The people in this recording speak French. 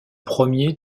premier